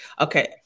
Okay